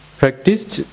practiced